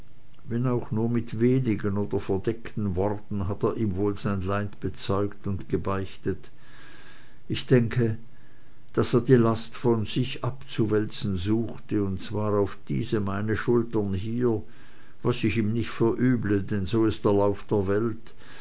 wenn auch nur mit wenigen oder verdeckten worten hat er ihm wohl sein leid bezeugt und gebeichtet ich denke daß er die last von sich abzuwälzen suchte und zwar auf diese meine schultern hier was ich ihm nicht verüble denn so ist der lauf der welt